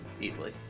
Easily